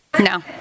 No